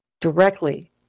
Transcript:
directly